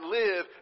live